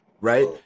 Right